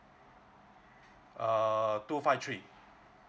err two five three